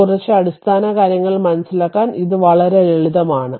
അതിനാൽ കുറച്ച് അടിസ്ഥാനകാര്യങ്ങൾ മനസിലാക്കാൻ ഇത് വളരെ ലളിതമാണ്